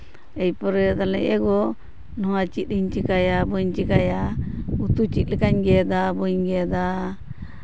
ᱮᱨ ᱯᱚᱨᱮ ᱛᱟᱦᱞᱮ ᱮᱜᱳ ᱱᱚᱣᱟ ᱪᱮᱫ ᱤᱧ ᱪᱤᱠᱟᱭᱟ ᱵᱟᱹᱧ ᱪᱤᱠᱟᱭᱟ ᱩᱛᱩ ᱪᱮᱫ ᱞᱮᱠᱟᱧ ᱜᱮᱫᱟ ᱵᱟᱹᱧ ᱜᱮᱫᱟ